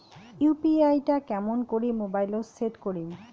UPI টা কেমন করি মোবাইলত সেট করিম?